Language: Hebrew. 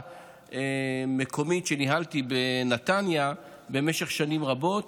מקומית שניהלתי בנתניה במשך שנים רבות,